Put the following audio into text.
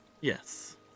Yes